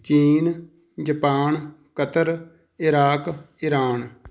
ਚੀਨ Japan Qatar Iraq Iran